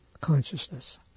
consciousness